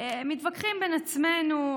מתווכחים בינינו,